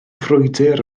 frwydr